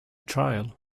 trial